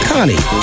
Connie